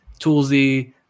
toolsy